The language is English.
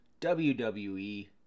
WWE